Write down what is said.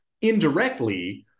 indirectly